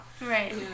Right